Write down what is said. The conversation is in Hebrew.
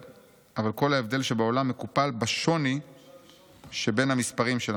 ההבדל שבעולם מקופל בשוני שבין המספרים שלנו.